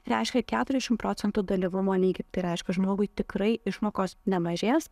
reiškia keturiasdešimt procentų dalyvumo lygį tai reiškia žmogui tikrai išmokos nemažės